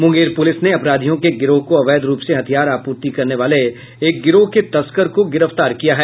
Munger police ने अपराधियों के गिरोह को अवैध रूप से हथियार आपूर्ति करने वाले एक गिरोह के एक तस्कर को गिरफ्तार किया है